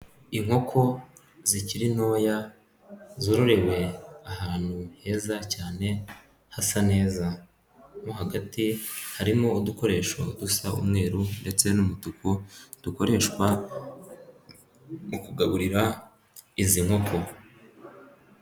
Inkoko zikiri ntoya zororewe ahantu heza cyane hasa neza, mo hagati harimo udukoresho dusa umweru ndetse n'umutuku dukoreshwa mu kugaburira izi nkoko.